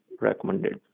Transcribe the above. recommended